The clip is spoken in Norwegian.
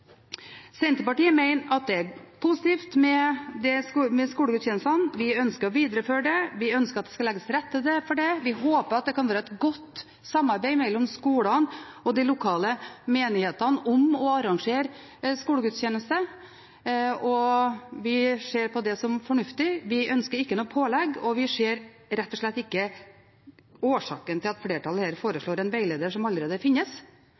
det, og vi ønsker at det skal legges til rette for det. Vi håper at det kan være et godt samarbeid mellom skolene og de lokale menighetene om å arrangere skolegudstjeneste. Vi ser på det som fornuftig. Vi ønsker ikke et pålegg, og vi ser rett og slett ikke årsaken til at flertallet foreslår en veileder som allerede finnes.